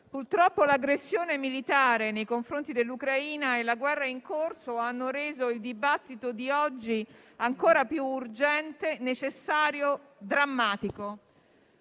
Purtroppo l'aggressione militare nei confronti dell'Ucraina e la guerra in corso hanno reso il dibattito di oggi ancora più urgente, necessario e drammatico.